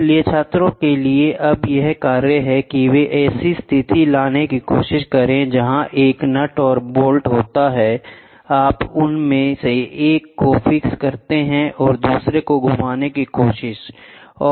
इसलिए छात्र के लिए अब यह कार्य है एक वे ऐसी स्थिति लेने की कोशिश करें जहां एक नट और बोल्ट होता है आप उनमें से एक को फिक्स करते हैं और दूसरे को घुमाने की कोशिश करते हैं